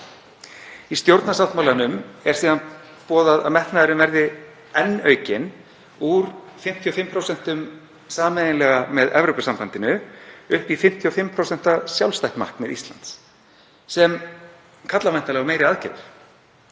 Í stjórnarsáttmálanum er síðan boðað að metnaðurinn verði enn aukinn, úr 55% sameiginlega með Evrópusambandinu upp í 55% sjálfstætt markmið Íslands, sem kallar væntanlega á meiri aðgerðir.